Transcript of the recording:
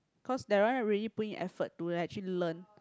cause that one really put in effort to like actually learn